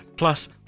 Plus